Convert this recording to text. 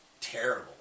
terrible